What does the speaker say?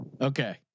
Okay